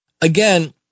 again